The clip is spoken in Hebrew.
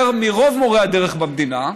יותר מרוב מורי הדרך במדינה,